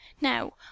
Now